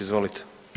Izvolite.